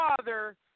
father